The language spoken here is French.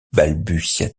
balbutia